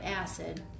acid